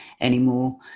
anymore